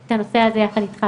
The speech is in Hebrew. את הנושא הזה יחד איתך.